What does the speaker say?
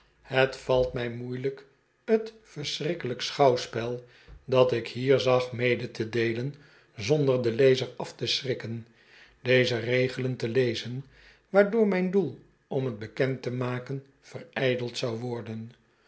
het valt mij moeielijk t vreeselijk schouwspel dat ik hier zag mede te deelen zonder den lezer af te schrikken deze regelen te lezen waardoor mijn doel om t bekend te maken verijdeld zou worden